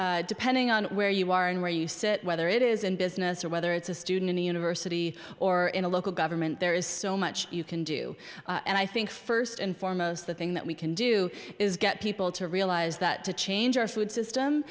and depending on where you are and where you sit whether it is in business or whether it's a student in a university or in a local government there is so much you can do and i think first and foremost the thing that we can do is get people to realize that to change our food system